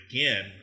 again